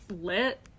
lit